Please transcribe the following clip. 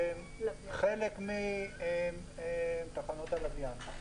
וחלק מתחנות הלוויין.